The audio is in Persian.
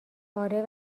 آره